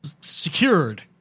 secured